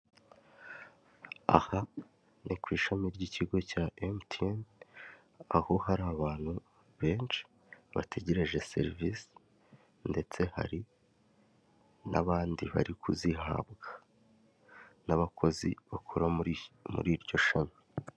Aha ni ku ishami ry'ikigo cya mtn aho hari abantu benshi bategereje serivise, ndetse hari n'abandi bari kuzihabwa n'abakozi bakora muri muri iryo shami.